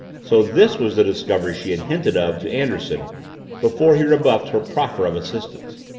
so this was the discovery she had hinted of to anderson before he rebuffed her proffer of assistance!